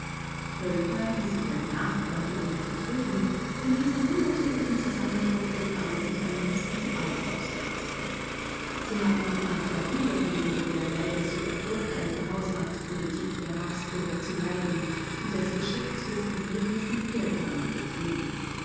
völker die sich als nachbarn vielleicht vertrügen in dieser unnatürlichen zusammenkoppelung aber sich am liebsten die augen auskratzten sie haben noch nach jahrhunderten unter der leider so erfolgreichen hausmachtpolitik der habsburger zu leiden die das geschäft des regierens wie pferdehandel betrieben